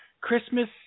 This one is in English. Christmas